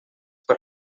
per